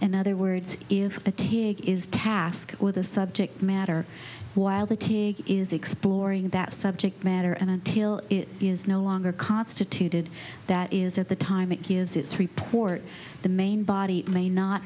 in other words if the take is tasked with the subject matter while the team is exploring that subject matter and until it is no longer constituted that is at the time it gives its report the main body may not